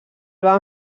van